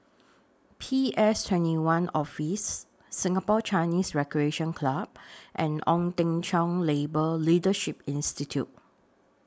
P S twenty one Office Singapore Chinese Recreation Club and Ong Teng Cheong Labour Leadership Institute